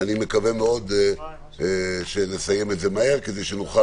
אני מקווה מאוד שנסיים את זה מהר כדי שנוכל